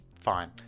fine